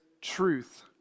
truth